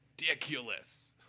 ridiculous